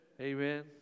Amen